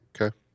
Okay